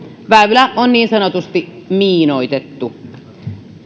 väylä on niin sanotusti miinoitettu